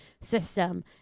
system